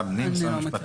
אני לא ראיתי